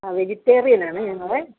ആ വെജിറ്റേറിയൻ ആണ് ഞങ്ങളെ